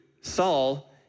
Saul